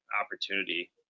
opportunity